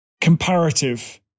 comparative